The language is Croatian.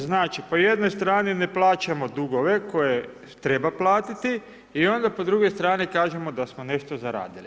Znači, po jednoj strani ne plaćamo dugove koje treba platiti i onda po drugoj strani da smo nešto zaradili.